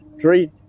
three